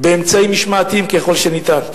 אמצעים משמעתיים ככל שניתן.